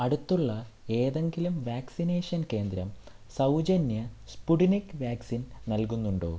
അടുത്തുള്ള ഏതെങ്കിലും വാക്സിനേഷൻ കേന്ദ്രം സൗജന്യ സ്പുട്നിക് വാക്സിൻ നൽകുന്നുണ്ടോ